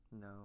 No